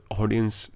audience